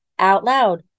OUTLOUD